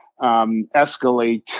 escalate